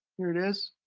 here it is.